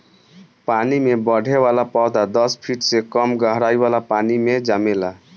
पानी में बढ़े वाला पौधा दस फिट से कम गहराई वाला पानी मे जामेला